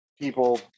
people